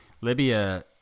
Libya